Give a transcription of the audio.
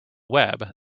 web